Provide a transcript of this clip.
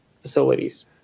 facilities